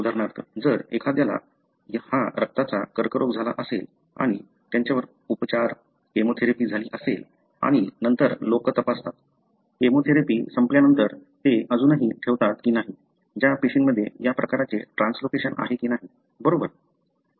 उदाहरणार्थ जर एखाद्याला हा रक्ताचा कर्करोग झाला असेल आणि त्यांच्यावर उपचार केमोथेरपी झाली असेल आणि नंतर लोक तपासतात केमोथेरपी संपल्यानंतर ते अजूनही ठेवतात की नाही ज्या पेशीमध्ये या प्रकारचे ट्रान्सलोकेशन आहे कि नाही बरोबर स्ट्रक्चरल बदल आहेत